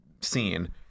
scene